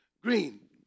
Green